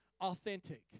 authentic